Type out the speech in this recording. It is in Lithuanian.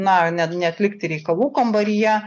na ne neatlikti reikalų kambaryje